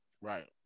Right